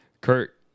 Kurt